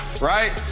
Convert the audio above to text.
right